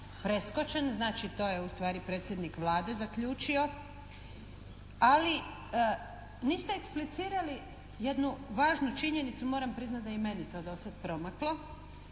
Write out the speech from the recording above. znači to je ustvari predsjednik Vlade zaključio ali niste eksplicirali jednu važnu činjenicu moram priznati da je i meni to do sada promaklo.